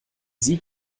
sie